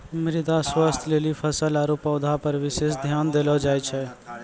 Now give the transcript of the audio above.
मृदा स्वास्थ्य लेली फसल आरु पौधा पर विशेष ध्यान देलो जाय छै